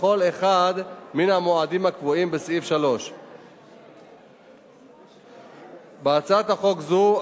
בכל אחד מן המועדים הקבועים בסעיף 3. בהצעת החוק הזו,